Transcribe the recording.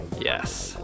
yes